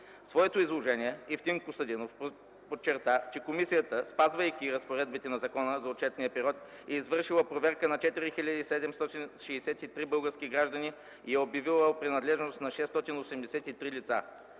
своето изложение Евтим Костадинов подчерта, че комисията, спазвайки разпоредбите на закона, за отчетния период е извършила проверка на 4763 български граждани и е обявила принадлежност на 683 лица.